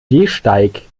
gehsteig